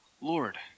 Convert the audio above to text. Lord